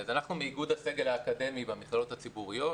אנחנו מאיגוד הסגל האקדמי במכללות הציבוריות,